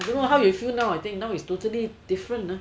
I don't know how you feel I think now is totally different